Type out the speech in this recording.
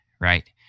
right